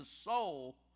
soul